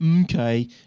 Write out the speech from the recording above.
okay